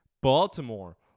Baltimore